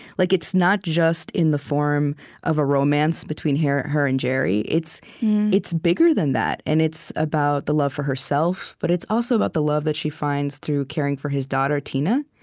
like it's not just in the form of a romance between her her and jerry. it's it's bigger than that. and it's about the love for herself, but it's also about the love that she finds through caring for his daughter, tina.